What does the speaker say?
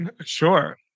Sure